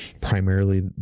primarily